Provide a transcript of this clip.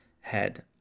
head